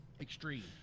extreme